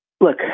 look